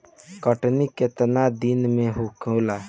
कटनी केतना दिन मे होला?